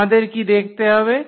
আমাদের কি দেখতে হবে